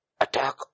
attack